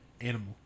animal